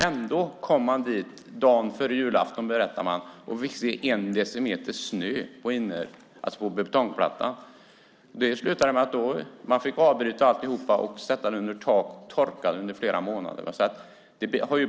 Ändå kom man dit dagen före julafton, berättade man, och det var en decimeter snö på betongplattan. Det slutade med att man fick avbryta alltihop, sätta plattan under tak och torka den i flera månader.